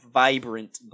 vibrant